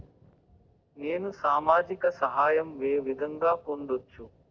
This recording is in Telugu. నేను సామాజిక సహాయం వే విధంగా పొందొచ్చు?